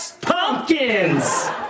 pumpkins